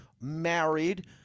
married